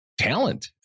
talent